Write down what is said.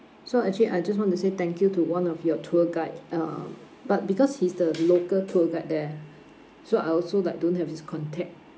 so actually I just want to say thank you to one of your tour guide um but because he's the local tour guide there so I also like don't have his contact